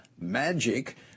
magic